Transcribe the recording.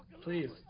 Please